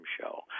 Show